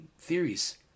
theories